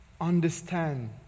understand